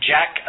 Jack